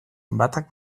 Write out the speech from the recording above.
batak